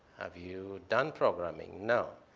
have you done programming? no.